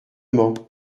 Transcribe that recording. mans